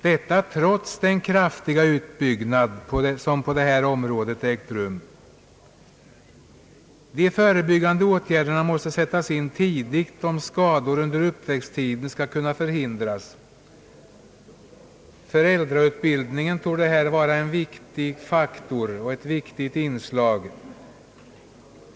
Detta trots den kraftiga utbyggnad som ägt rum på detta område. De förebyggande åtgärderna måste sättas in tidigt om skador under uppväxttiden skall kunna förhindras. Föräldrautbildning torde här vara en viktig faktor och ett viktigt inslag.